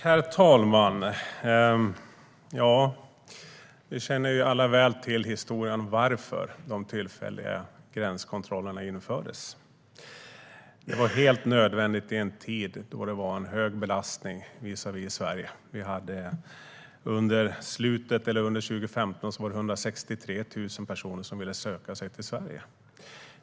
Herr talman! Vi känner alla väl till historien om varför de tillfälliga gränskontrollerna infördes. Det var helt nödvändigt i en tid då det var en hög belastning visavi Sverige. Under 2015 ville 163 000 personer söka sig till Sverige.